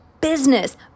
Business